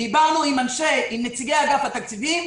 דיברנו עם נציגי אגף התקציבים,